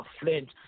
Flint